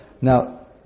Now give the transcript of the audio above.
Now